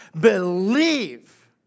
believe